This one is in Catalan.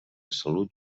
salut